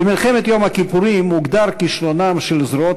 במלחמת יום הכיפורים הוגדר כישלונן של זרועות